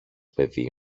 παιδί